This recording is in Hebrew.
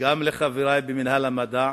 לחברי במינהל המדע,